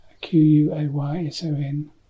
Q-U-A-Y-S-O-N